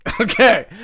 Okay